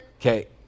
Okay